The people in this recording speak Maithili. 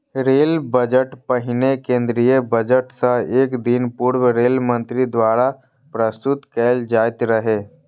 रेल बजट पहिने केंद्रीय बजट सं एक दिन पूर्व रेल मंत्री द्वारा प्रस्तुत कैल जाइत रहै